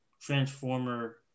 Transformer